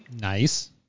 nice